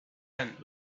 tent